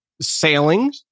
sailing